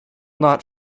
not